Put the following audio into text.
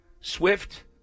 Swift